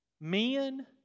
men